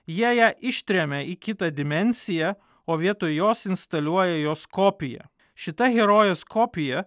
jie ją ištrėmė į kitą dimensiją o vietoj jos instaliuoja jos kopiją šita herojės kopija